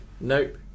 nope